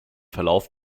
verlauf